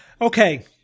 Okay